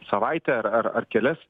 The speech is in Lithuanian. savaitę ar ar ar kelias